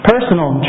personal